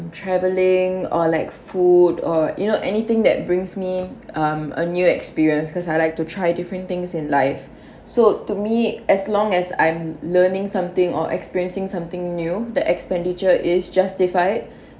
in travelling or like food or you know anything that brings me um a new experiences I like to try different things in life so to me as long as I'm learning something or experiencing something new the expenditure is justified